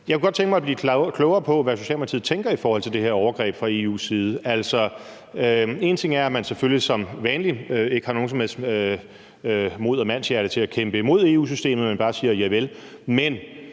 Jeg kunne godt tænke mig at blive klogere på, hvad Socialdemokratiet tænker om det her overgreb fra EU's side. Altså, én ting er, at man selvfølgelig som vanligt ikke har noget som helst mod og mandshjerte til at kæmpe imod EU-systemet, men bare siger javel.